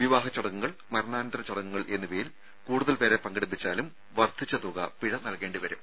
വിവാഹ ചടങ്ങുകൾ മരണാനന്തര ചടങ്ങുകൾ എന്നിവയിൽ കൂടുതൽ പേരെ പങ്കെടുപ്പിച്ചാലും വർദ്ധിച്ച തുക പിഴ നൽകേണ്ടി വരും